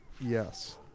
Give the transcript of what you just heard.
Yes